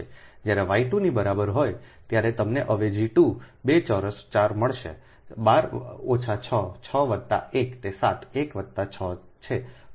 જ્યારે y 2 ની બરાબર હોય ત્યારે તમને અવેજી 2 2 ચોરસ 4 મળશે 12 ઓછા 6 6 વત્તા 1 તે 7 1 વત્તા 6 છે